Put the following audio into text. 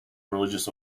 religious